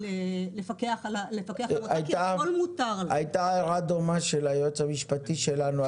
לפקח על --- הייתה הערה דומה של היועץ המשפטי שלנו,